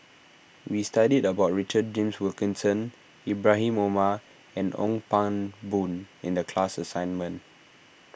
we studied about Richard James Wilkinson Ibrahim Omar and Ong Pang Boon in the class assignment